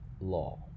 law